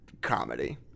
comedy